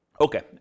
Okay